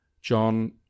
John